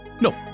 No